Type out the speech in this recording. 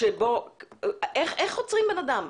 איך עוצרים בן אדם,